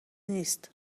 نیست